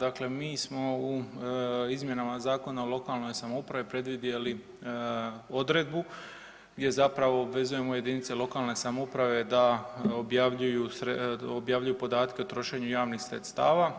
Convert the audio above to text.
Dakle, mi smo u izmjenama Zakona o lokalnoj samoupravi predvidjeli odredbu gdje zapravo obvezujemo JLS-ove da objavljuju, objavljuju podatke o trošenju javnih sredstava